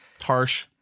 Harsh